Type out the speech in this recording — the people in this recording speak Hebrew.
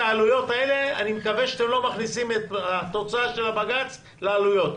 אני מקווה שאתם לא מכניסים את התוצאה של הבג"ץ לעלויות.